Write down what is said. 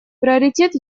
приоритет